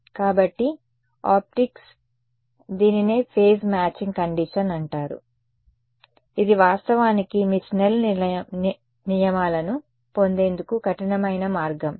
కాబట్టి ఆప్టిక్స్లో దీనినే ఫేజ్ మ్యాచింగ్ కండిషన్ అంటారు ఇది వాస్తవానికి మీ స్నెల్ నియమాలను Snell's laws పొందేందుకు కఠినమైన మార్గం